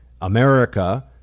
America